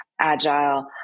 agile